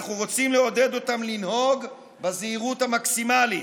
אנחנו רוצים לעודד אותם לנהוג בזהירות המקסימלית.